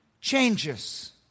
changes